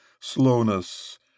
slowness